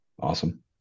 Awesome